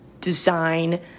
design